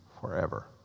forever